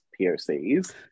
POCs